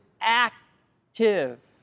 active